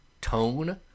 tone